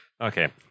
Okay